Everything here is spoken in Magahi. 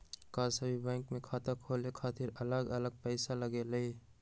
का सभी बैंक में खाता खोले खातीर अलग अलग पैसा लगेलि?